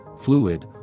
fluid